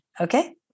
okay